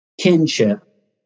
kinship